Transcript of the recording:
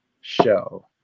show